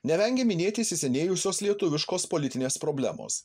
nevengia minėti įsisenėjusios lietuviškos politinės problemos